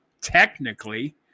technically